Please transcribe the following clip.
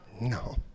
no